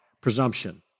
presumption